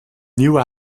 nieuwe